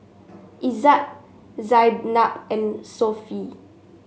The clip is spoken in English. Izzat Zaynab and Sofea